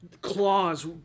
claws